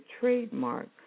trademark